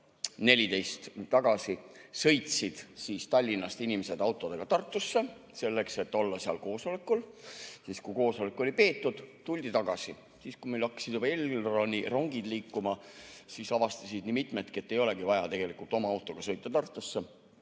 tagasi – sõitsid siis Tallinnast inimesed autodega Tartusse, selleks et olla seal koosolekul. Kui koosolek oli peetud, tuldi tagasi. Kui meil hakkasid Elroni rongid liikuma, siis avastasid nii mitmedki, et ei olegi vaja tegelikult oma autoga sõita Tartusse,